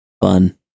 Fun